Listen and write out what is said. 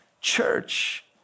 church